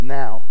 now